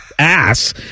ass